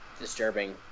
disturbing